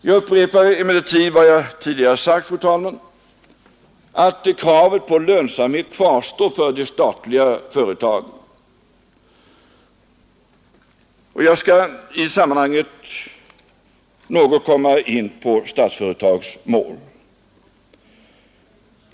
Jag upprepar emellertid vad jag tidigare sagt, fru talman, nämligen att kravet på lönsamhet kvarstår för de statliga företagen, och i sammanhanget skall jag något komma in på Statsföretags mål.